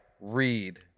read